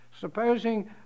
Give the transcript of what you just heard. Supposing